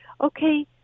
Okay